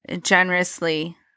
generously